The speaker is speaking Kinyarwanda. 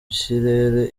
kirere